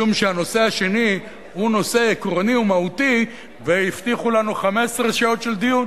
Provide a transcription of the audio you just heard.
משום שהנושא השני הוא נושא עקרוני ומהותי והבטיחו לנו 15 שעות של דיון.